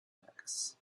tacks